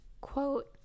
Quote